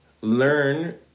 Learn